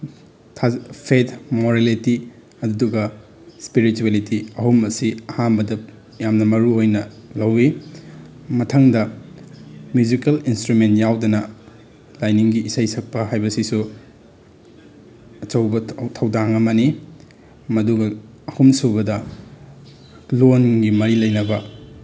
fat morality ꯑꯗꯨꯗꯨꯒ spirituality ꯑꯍꯨꯝ ꯑꯁꯤ ꯑꯍꯥꯟꯕꯗ ꯌꯥꯝꯅ ꯃꯔꯨꯑꯣꯏꯅ ꯂꯧꯋꯤ ꯃꯊꯪꯗ ꯃ꯭ꯌꯨꯖꯤꯀꯦꯜ ꯏꯟꯇ꯭ꯔꯨꯃꯦꯟ ꯌꯥꯎꯗꯅ ꯂꯥꯏꯅꯤꯡꯒꯤ ꯏꯁꯩ ꯁꯛꯄ ꯍꯥꯏꯕꯁꯤꯁꯨ ꯑꯆꯧꯕ ꯊꯧꯗꯥꯡ ꯑꯃꯅꯤ ꯃꯗꯨꯒ ꯑꯍꯨꯝꯁꯨꯕꯗ ꯂꯣꯜꯒꯤ ꯃꯔꯤ ꯂꯩꯅꯕ